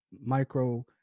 micro